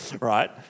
right